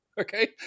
Okay